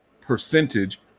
percentage